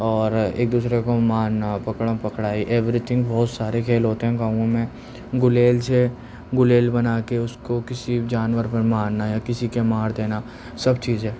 اور ایک دوسرے کو مارنا پکڑم پکڑائی ایوری تھنک بہت سارے کھیل ہوتے ہیں گاؤں میں غلیل سے غلیل بنا کے اس کو کسی جانور پر مارنا یا کسی کے مار دینا سب چیزیں